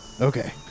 Okay